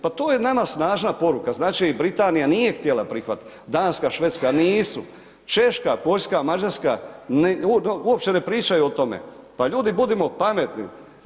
Pa to je nama snažna poruka, znači Britanija nije htjela prihvatit, danas kad Švedska nisu, Češka, Poljska, Mađarska uopće ne pričaju o tome, pa ljudi budimo pametni.